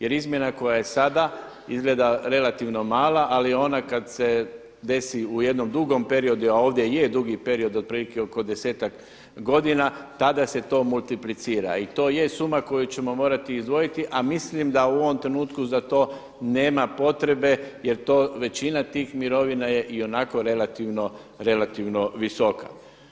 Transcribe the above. Jer izmjena koja je sada izgleda relativno mala, ali ona kad se desi u jednom dugom periodu, a ovdje je dugi period otprilike oko desetak godina, tada se to multiplicira i to je suma koju ćemo izdvojiti, a mislim da u ovom trenutku za to nema potrebe jer to većina tih mirovina je ionako relativno visoka.